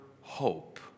hope